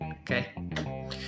Okay